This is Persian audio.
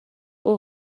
اوه